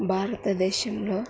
భారతదేశంలో